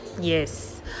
yes